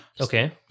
Okay